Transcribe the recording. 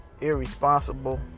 irresponsible